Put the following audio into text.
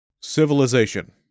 Civilization